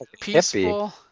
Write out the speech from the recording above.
peaceful